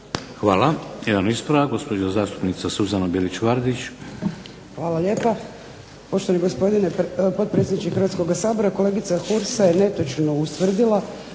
Hvala. Jedan ispravak, gospođa zastupnica Suzana Bilić Vardić. **Bilić Vardić, Suzana (HDZ)** Hvala lijepa. Poštovani gospodine potpredsjedniče Hrvatskog sabora, kolegica Hursa je netočno ustvrdila